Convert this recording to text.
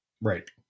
right